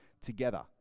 together